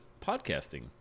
podcasting